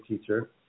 teacher